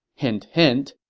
hint hint